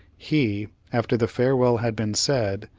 he, after the farewell had been said,